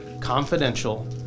confidential